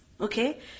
okay